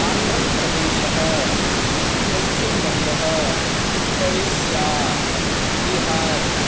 आन्ध्रप्रदेशः पस्चिमबङ्गः ओडिशा बिहार्